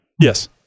Yes